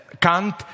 Kant